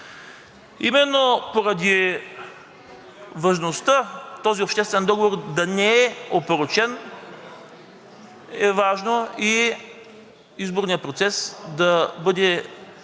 Именно поради важността този обществен договор да не е опорочен е важно и изборният процес да бъде така